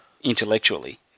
intellectually